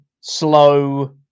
slow